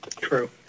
True